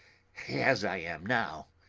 as i am now.